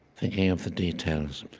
thinking of the details.